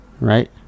right